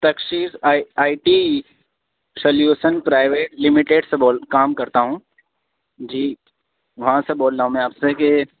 تکسیر I I T solution private limited سے بول کام کرتا ہوں جی وہاں سے بول رہا ہوں میں آپ سے کہ